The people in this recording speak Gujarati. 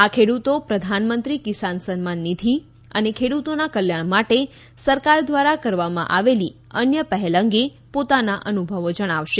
આ ખેડૂતો પ્રધાનમંત્રી કિસાન સન્માન નિધિ અને ખેડૂતોના કલ્યાણ માટે સરકાર દ્વારા કરવામાં આવેલી અન્ય પહેલ અંગે પોતાના અનુભવો જણાવશે